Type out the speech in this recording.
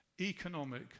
economic